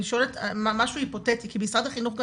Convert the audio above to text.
אני שואלת משהו היפותטי כי משרד החינוך גם